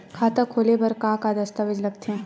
खाता खोले बर का का दस्तावेज लगथे?